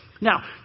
Now